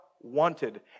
wanted